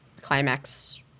climax